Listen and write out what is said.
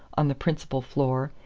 on the principal floor,